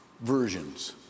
versions